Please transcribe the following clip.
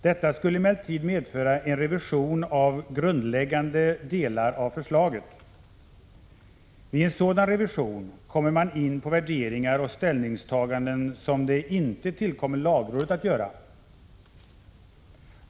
Detta skulle emellertid medföra en revision av grundläggande delar av förslaget. Vid en sådan revision kommer man in på värderingar och ställningstaganden som det inte tillkommer lagrådet att göra.